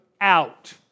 out